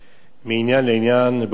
מעניין לעניין באותו עניין.